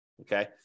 Okay